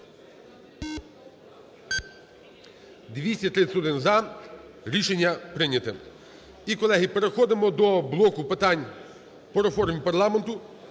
10:25:40 За-231 Рішення прийняте. І, колеги, переходимо до блоку питань по реформі парламенту.